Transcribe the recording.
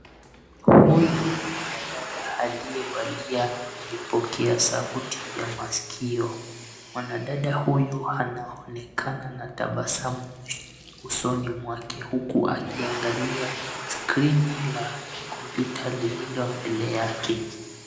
Huyu ni mwanadada akiyevalia vipokeasauti vya maskio. Mwanadada huyu anaonekana anatabasamu usoni mwake huku akiangalia skrini la kompyuta lililo mbele yake.